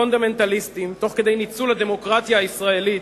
פונדמנטליסטים, תוך ניצול הדמוקרטיה הישראלית,